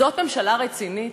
זאת ממשלה רצינית?